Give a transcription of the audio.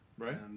Right